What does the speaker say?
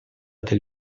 del